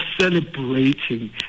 celebrating